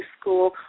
school